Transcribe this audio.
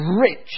rich